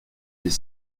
des